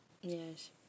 Yes